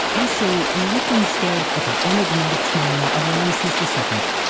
i say look instead at the enigmatic smile of ramses the second.